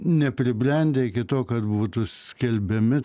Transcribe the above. nepribrendę iki to kad būtų skelbiami